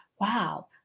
wow